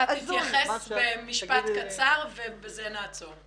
תתייחס במשפט קצר ובזה נעצור.